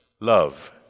Love